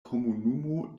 komunumo